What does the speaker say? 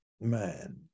man